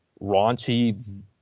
raunchy